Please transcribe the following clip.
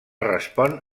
respon